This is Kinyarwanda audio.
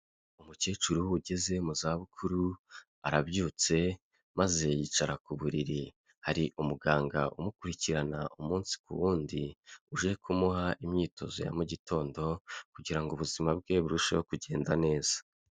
Umukecuru ugeze mu zabukuru, arabyutse maze yicara ku buriri, hari umuganga umukurikirana umunsi ku wundi, uje kumuha imyitozo ya mu gitondo kugira ngo ubuzima bwe burusheho kugenda neza.